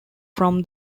from